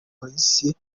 abapolisi